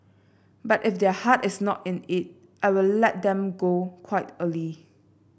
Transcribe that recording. but if their heart is not in it I will let them go quite early